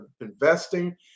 investing